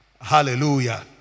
Hallelujah